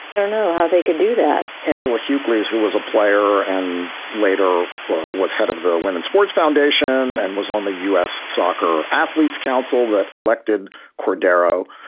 i don't know how they could do that angela huguely's, who was a player and later was head of the women's sports foundation and was on the u s. soccer athlete's council that elected cordeiro.